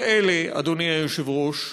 כל אלה, אדוני היושב-ראש,